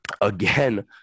Again